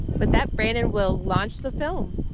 but that brandon will launch the film.